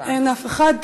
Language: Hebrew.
אין אף אחד.